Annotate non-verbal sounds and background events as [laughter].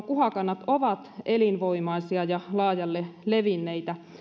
[unintelligible] kuhakannat ovat elinvoimaisia ja laajalle levinneitä